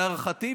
להערכתי,